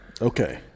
Okay